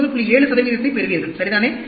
7 பெறுவீர்கள் சரிதானே